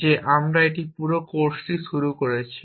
যে আমরা এই পুরো কোর্সটি শুরু করেছি